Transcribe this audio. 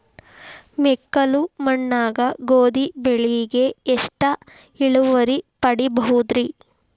ಮೆಕ್ಕಲು ಮಣ್ಣಾಗ ಗೋಧಿ ಬೆಳಿಗೆ ಎಷ್ಟ ಇಳುವರಿ ಪಡಿಬಹುದ್ರಿ?